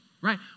right